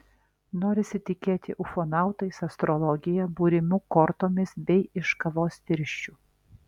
norisi tikėti ufonautais astrologija būrimu kortomis bei iš kavos tirščių